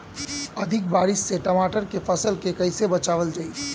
अधिक बारिश से टमाटर के फसल के कइसे बचावल जाई?